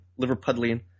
Liverpudlian